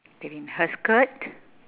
green her skirt